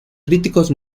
críticos